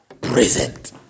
Present